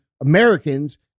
Americans